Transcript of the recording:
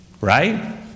Right